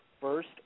first